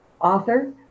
author